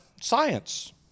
science